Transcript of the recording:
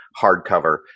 hardcover